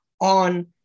on